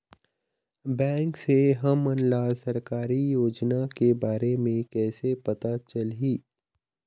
Bank से हमन ला सरकारी योजना के बारे मे कैसे पता चलही?